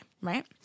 right